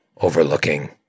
overlooking